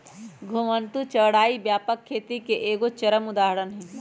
घुमंतू चराई व्यापक खेती के एगो चरम उदाहरण हइ